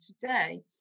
today